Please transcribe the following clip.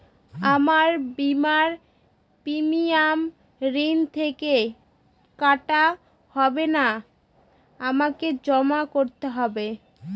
আমার বিমার প্রিমিয়াম ঋণ থেকে কাটা হবে না আমাকে জমা করতে হবে?